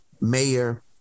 mayor